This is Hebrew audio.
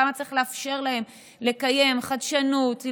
כמה צריך לאפשר להם לקיים חדשנות,